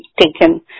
taken